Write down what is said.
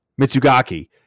Mitsugaki